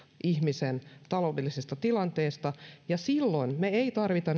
ihmisen taloudellisesta tilanteesta ja silloin me emme tarvitse